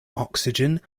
oxygen